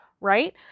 right